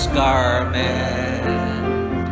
garment